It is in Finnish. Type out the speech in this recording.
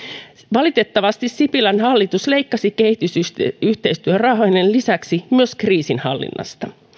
valitettavasti sipilän hallitus leikkasi kehitysyhteistyörahojen lisäksi myös kriisinhallinnasta